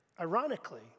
ironically